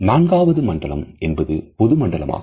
நான்காவது மண்டலம் என்பது பொது மண்டலமாகும்